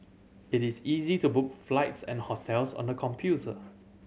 it is easy to book flights and hotels on the computer